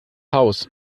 haus